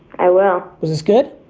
i will. was this good?